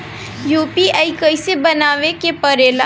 UPI कइसे बनावे के परेला?